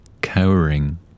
cowering